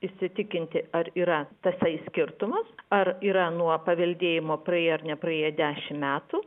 įsitikinti ar yra tasai skirtumas ar yra nuo paveldėjimo praėję ar nepraėję dešimt metų